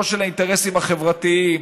לא של האינטרסים החברתיים,